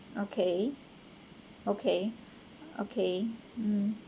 okay okay okay mm